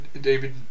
David